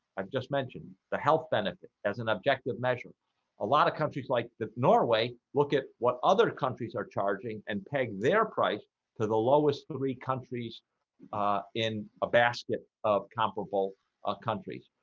i've just mentioned the health benefit as an objective measure a lot of countries like the norway look at what other countries are charging and paying their price to the lowest three country's in a basket of comparable ah countries,